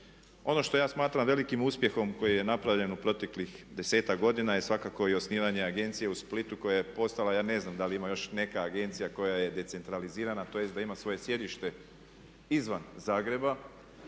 Ono što ja smatram velikim uspjehom koji je napravljen u proteklih 10-tak godina je svakako i osnivanje agencije u Splitu koja je postala ja ne znam da li ima još neka agencija koja je decentralizirana, tj. da ima svoje sjedište izvan Zagreba